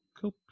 Cool